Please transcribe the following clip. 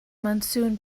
monsoon